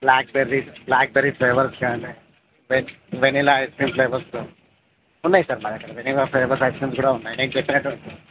blackberry blackberry flavours కానీ vanilla ice cream flavours ఉన్నాయి sir మా దగ్గర వెనీలా ఫ్లేవర్స్ ఐస్ క్రీమ్స్ కూడా ఉన్నాయి నేను చెప్పినట్టు